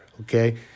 okay